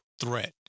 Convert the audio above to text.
threat